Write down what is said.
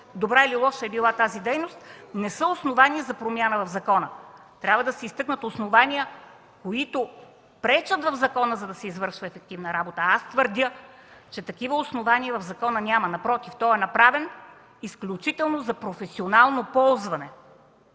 добра или лоша е била тази дейност, не е основание за промяна в закона. Трябва да се изтъкнат основания, които пречат в закона, за да се извършва ефективна работа. Аз твърдя, че такива основания в закона няма. Напротив, той е направен изключително за професионално ползване.